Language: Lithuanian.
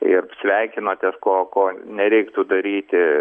ir sveikinotės ko ko nereiktų daryti